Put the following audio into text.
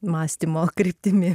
mąstymo kryptimi